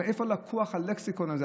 מאיפה לקוח הלקסיקון הזה?